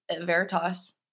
Veritas